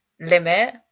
limit